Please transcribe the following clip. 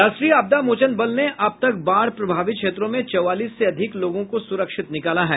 राष्ट्रीय आपदा मोचन बल ने अब तक बाढ़ प्रभावित क्षेत्रों में चौवालीस से अधिक लोगों को सुरक्षित निकाला है